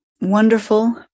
wonderful